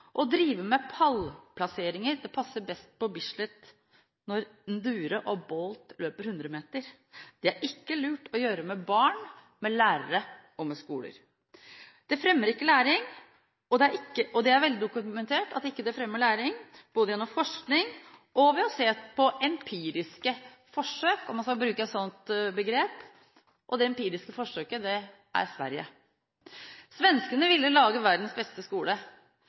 Å drive med pallplasseringer passer best på Bislet når N’Dure og Bolt løper hundremeter. Det er ikke lurt å gjøre dette med barn, med lærere og med skoler. Det er veldokumentert, både gjennom forskning og ved å se på empiriske forsøk – om man skal bruke et sånt begrep – at det ikke fremmer læring. Det empiriske forsøket er Sverige. Svenskene ville lage verdens beste skole.